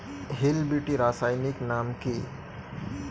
Hill বিটি রাসায়নিক নাম কি?